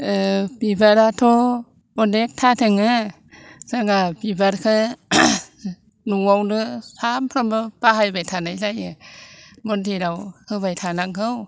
बिबाराथ' अनेकथा दङ जोङो बिबारखौ न'आवनो सानफ्रोमबो बाहायबाय थानाय जायो मन्दिराव होबाय थानांगौ